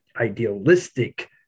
idealistic